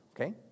okay